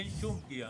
אין שום פגיעה.